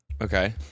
Okay